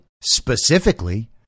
specifically